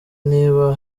niba